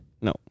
No